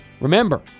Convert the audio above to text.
Remember